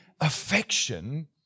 affection